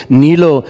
nilo